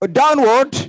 downward